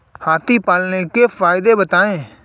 हाथी पालने के फायदे बताए?